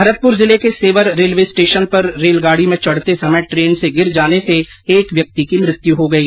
भरतपुर जिले के Sewar railway station पर रेलगाड़ी में चढते समय ट्रेन से गिर जाने से एक व्यक्ति की मृत्यु हो गयी